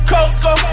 Coco